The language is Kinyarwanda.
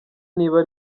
niba